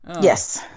Yes